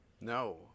No